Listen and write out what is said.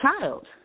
child